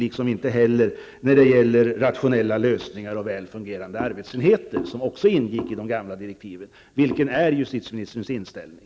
Detsamma gäller även rationella lösningar och väl fungerande arbetsenheter, vilket också ingick i de gamla direktiven. Vilken inställning har justitieministern till detta?